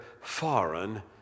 foreign